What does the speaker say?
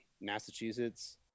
Massachusetts